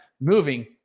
moving